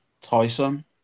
Tyson